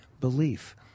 belief